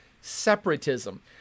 separatism